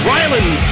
Ryland